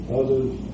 others